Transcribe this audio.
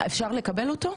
אפשר לקבל אותו?